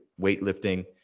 weightlifting